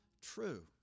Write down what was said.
true